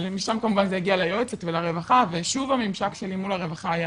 אבל משם כמובן זה הגיע ליועצת ולרווחה ושוב הממשק שלי מול הרווחה היה